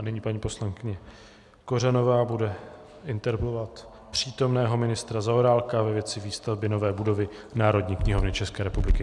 A nyní paní poslankyně Kořanová bude interpelovat přítomného ministra Zaorálka ve věci výstavby nové budovy Národní knihovny České republiky.